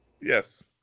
Yes